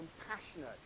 compassionate